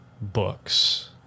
books